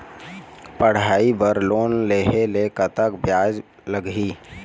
पढ़ई बर लोन लेहे ले कतक ब्याज लगही?